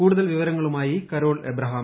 കൂടുതൽ വിവരങ്ങളുമായി കരോൾ അബ്രഹാം